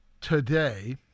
today